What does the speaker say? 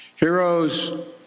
heroes